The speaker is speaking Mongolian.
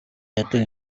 яадаг